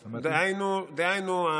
דהיינו,